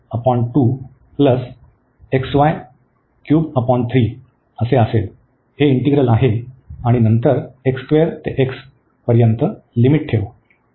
तर आपल्याकडे असेल ते इंटीग्रल आहे आणि नंतर ते x पर्यंत लिमिट ठेवू